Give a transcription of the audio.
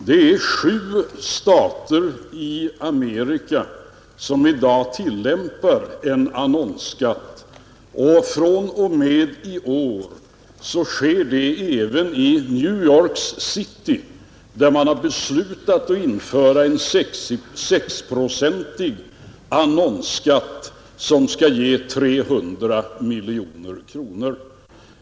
Det är sju stater i Amerika som i dag tillämpar en annonsskatt, och fr.o.m. i år sker det även i New York City, där man har beslutat att införa en 6-procentig annonsskatt som skall ge 300 miljoner kronor.